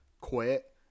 quit